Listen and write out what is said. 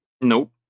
Nope